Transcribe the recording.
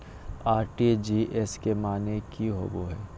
RTGS के माने की होबो है?